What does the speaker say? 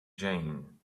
jane